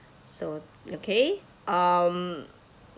so okay um